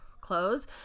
clothes